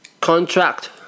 Contract